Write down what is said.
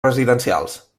residencials